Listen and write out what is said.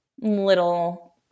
little